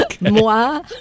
moi